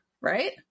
Right